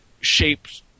shaped